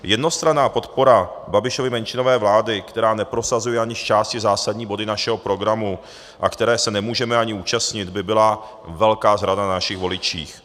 Jednostranná podpora Babišovy menšinové vlády, která neprosazuje ani zčásti zásadní body našeho programu a které se nemůžeme ani účastnit, by byla velká zrada na našich voličích.